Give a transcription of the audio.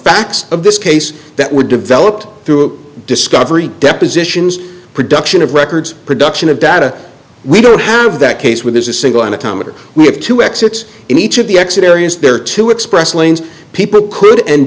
facts of this case that were developed through discovery depositions production of records production of data we don't have that case where there's a single anatomical we have two exits in each of the exit areas there to express lanes people could and